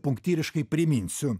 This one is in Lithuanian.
punktyriškai priminsiu